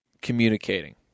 communicating